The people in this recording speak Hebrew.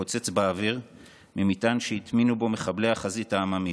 התפוצץ באוויר ממטען שהטמינו בו מחבלי החזית העממית,